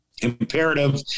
imperative